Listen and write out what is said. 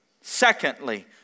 Secondly